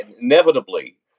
Inevitably